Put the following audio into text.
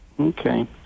Okay